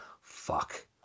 fuck